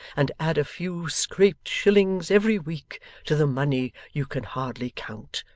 and add a few scraped shillings every week to the money you can hardly count.